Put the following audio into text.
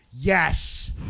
Yes